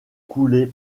coulés